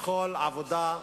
כבר עכשיו.